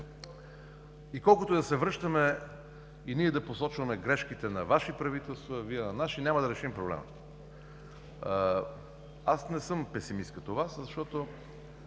И колкото и да се връщаме и да посочваме грешките на Вашите правителства, а Вие на наши, няма да решим проблема. Аз не съм песимист като Вас, защото